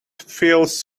feels